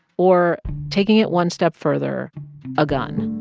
or taking it one step further a gun.